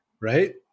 right